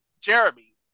Jeremy